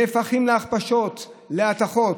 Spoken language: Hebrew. נהפכות להכפשות, להטחות?